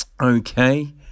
Okay